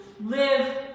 live